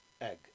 egg